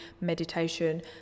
meditation